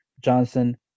Johnson